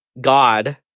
God